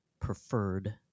preferred